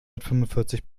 fünfundvierzig